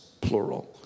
plural